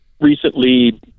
recently